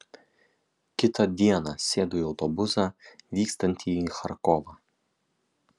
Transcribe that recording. kitą dieną sėdau į autobusą vykstantį į charkovą